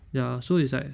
ya so it's like